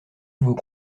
vos